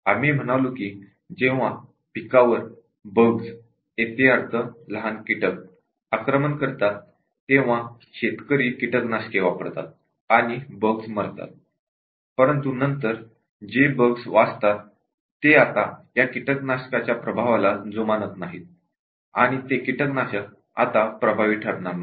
आम्ही म्हणालो की जेव्हा पिकावर बग्स येथे अर्थ लहान कीटक आक्रमण करतात तेव्हा शेतकरी कीटकनाशके वापरतात आणि बग्स मरतात परंतु नंतर जे बग्स वाचतात ते आता या कीटकनाशकाच्या प्रभावाला जुमानत नाहीत आणि ते कीटकनाशक आता प्रभावी ठरणार नाही